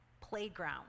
playground